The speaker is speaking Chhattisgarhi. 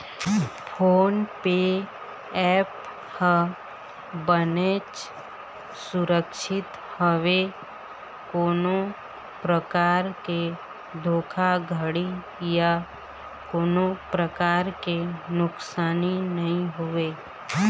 फोन पे ऐप ह बनेच सुरक्छित हवय कोनो परकार के धोखाघड़ी या कोनो परकार के नुकसानी नइ होवय